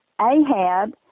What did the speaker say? Ahab